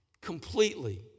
Completely